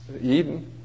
Eden